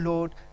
Lord